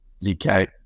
ZK